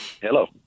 Hello